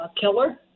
killer